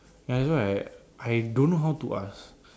ya that's why I don't know how to ask